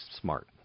smart